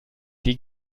die